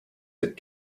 that